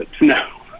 No